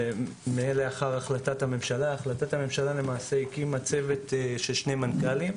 למעשה החלטת הממשלה הקימה צוות של שני מנכ"לים,